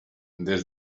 des